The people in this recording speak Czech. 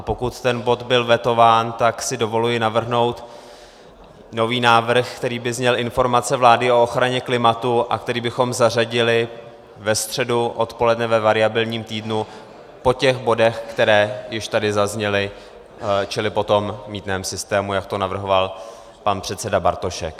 Pokud ten bod byl vetován, tak si dovoluji dát nový návrh, který by zněl Informace vlády o ochraně klimatu a který bychom zařadili ve středu odpoledne ve variabilním týdnu po těch bodech, které již tady zazněly, čili po tom mýtném systému, jak to navrhoval pan předseda Bartošek.